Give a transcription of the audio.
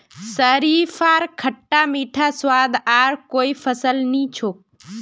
शरीफार खट्टा मीठा स्वाद आर कोई फलत नी छोक